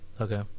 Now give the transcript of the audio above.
Okay